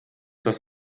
das